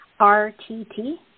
rtt